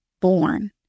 born